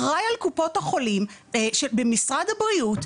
אחראי על קופות החולים במשרד הבריאות,